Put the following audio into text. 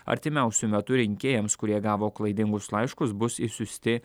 artimiausiu metu rinkėjams kurie gavo klaidingus laiškus bus išsiųsti